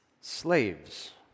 Slaves